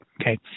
Okay